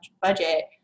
budget